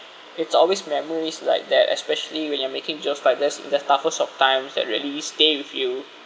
it's always memories like that especially when you're making jokes like that's in the toughest of times that really stay with you